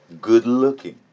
good-looking